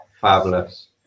Fabulous